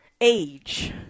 age